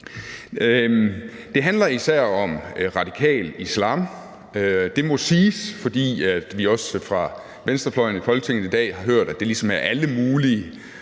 Det handler især om radikal islam. Det må siges, fordi vi fra venstrefløjen i Folketinget i dag har hørt, at det ligesom er alle mulige